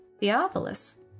Theophilus